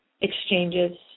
exchanges